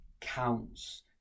counts